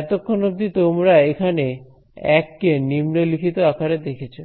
এতক্ষণ অব্দি তোমরা এখানে 1 কে নিম্নলিখিত আকারে দেখেছো